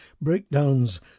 Breakdowns